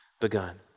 begun